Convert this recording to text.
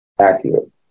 accurate